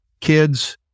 kids